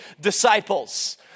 disciples